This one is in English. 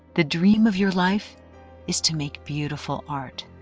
the dream of your life is to make beautiful art.